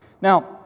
Now